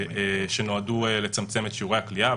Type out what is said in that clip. שנועדו לצמצם את שיעורי הכליאה.